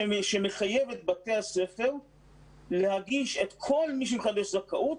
שמחייב את בתי הספר להגיש את כל מי שמחדש זכאות